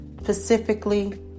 specifically